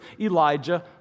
Elijah